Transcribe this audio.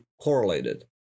correlated